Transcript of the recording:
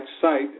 site